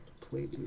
Please